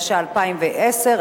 התשע"א 2011,